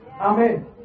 Amen